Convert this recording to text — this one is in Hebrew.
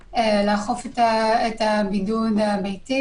לא נתנו את ההגנה הכי גבוהה שאפשר לתת לחומר הזה,